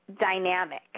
dynamic